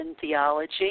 Theology